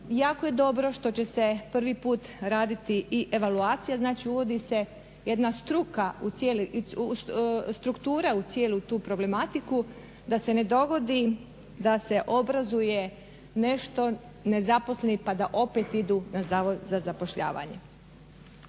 Jako je dobro što će se prvi put raditi i evaluacija, znači uvodi se jedna struka, struktura u cijelu tu problematiku, da se ne dogodi da se obrazuje nešto nezaposlenih pa da opet idu na zavod za zapošljavanje.